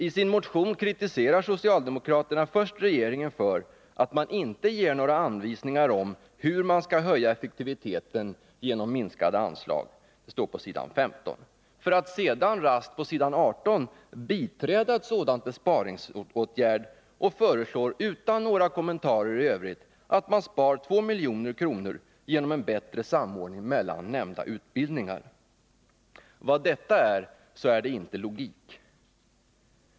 I sin motion kritiserar socialdemokraterna först regeringen för att den inte Besparingar i ger några anvisningar om hur man skall höja effektiviteten genom minskade statsverksamheten, anslag, det står på s. 15, för att sedan raskt, på s. 18, biträda en sådan —,»; m. besparingsåtgärd och utan några kommentarer i övrigt föreslå ett sparande på 2 milj.kr. genom en bättre samordning mellan nämnda utbildningar. Vad detta än är, så inte är det logik!